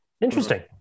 interesting